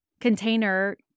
container